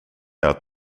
out